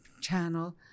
channel